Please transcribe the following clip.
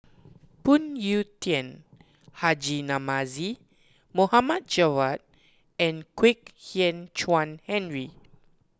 Phoon Yew Tien Haji Namazie Mohd Javad and Kwek Hian Chuan Henry